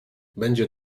będzie